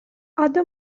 other